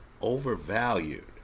overvalued